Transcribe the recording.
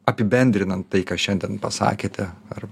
apibendrinant tai ką šiandien pasakėte ar